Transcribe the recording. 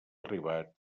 arribat